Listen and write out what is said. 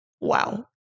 wow